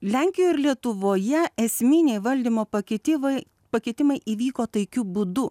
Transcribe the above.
lenkijoj ir lietuvoje esminiai valdymo pakeitimai pakitimai įvyko taikiu būdu